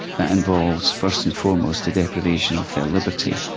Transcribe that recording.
that involves first and foremost a deprivation of their liberty,